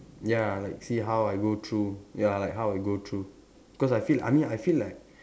ya like see how I go through ya like how I go through cause I feel I mean I feel like